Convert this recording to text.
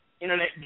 internet